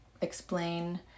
explain